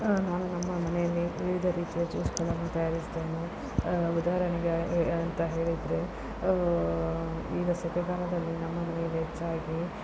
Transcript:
ನಾನು ನಮ್ಮ ಮನೆಯಲ್ಲಿ ವಿವಿಧ ರೀತಿಯ ಜ್ಯೂಸ್ಗಳನ್ನು ತಯಾರಿಸ್ತೇನೆ ಉದಾಹರಣೆಗೆ ಅಂತ ಹೇಳಿದರೆ ಈಗ ಸೆಕೆಗಾಲದಲ್ಲಿ ನಮ್ಮ ಮನೆಯಲ್ಲಿ ಹೆಚ್ಚಾಗಿ